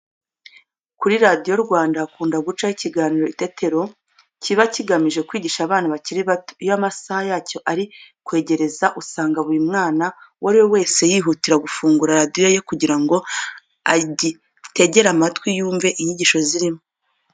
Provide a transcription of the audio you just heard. Kuri Radiyo Rwanda hakunda gucaho ikiganiro Itetero kiba kigamije kwigisha abana bakiri bato. Iyo amasaha yacyo ari kwegereza, usanga buri mwana uwo ari we wese yihutira gufungura radiyo ye kugira ngo agitegere amatwi yumve inyigisho zirimo.